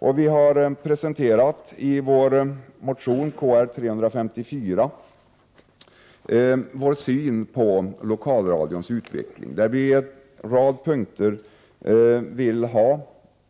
I motion Kr354 presenterar vi vår syn på lokalradions utveckling. På en rad punkter vill vi ha